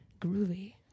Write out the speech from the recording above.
Groovy